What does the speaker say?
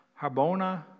Harbona